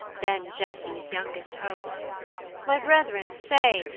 then jesse's youngest hope my brethren say,